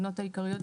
העיקריות,